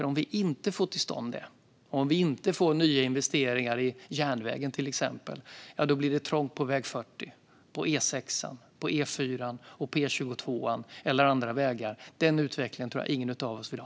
Om vi inte får till stånd detta och inte får nya investeringar i järnvägen, till exempel, blir det nämligen trångt på väg 40 och på E6, E4, E22 eller andra vägar. Den utvecklingen tror jag att ingen av oss vill ha.